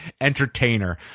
entertainer